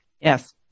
Yes